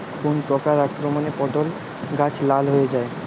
কোন প্রকার আক্রমণে পটল গাছ লাল হয়ে যায়?